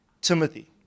Timothy